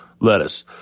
lettuce